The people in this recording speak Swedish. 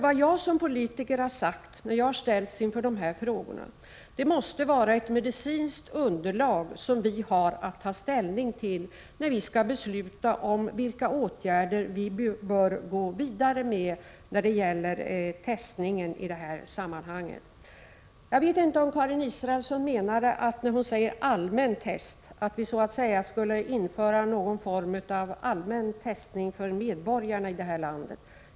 Vad jag som politiker har sagt när jag har ställts inför de här frågorna är att det måste finnas ett medicinskt underlag som vi har att ta ställning till när vi skall besluta om vilka åtgärder vi skall gå vidare med. Jag vet inte om Karin Israelsson när hon säger ”allmän testning” menar att viså att säga skulle införa någon form av testning av alla medborgare i landet.